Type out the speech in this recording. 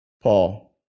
Paul